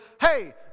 Hey